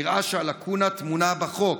נראה שהלקונה טמונה בחוק.